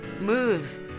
moves